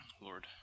Lord